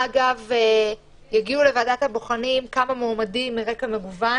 אגב, הגיעו לוועדת הבוחנים כמה מועמדים מרקע מגוון